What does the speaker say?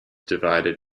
divided